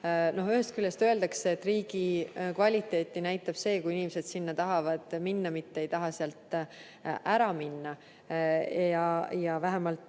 Ühest küljest öeldakse, et riigi kvaliteeti näitab see, kui inimesed sinna tahavad minna, mitte ei taha sealt ära minna. Vähemalt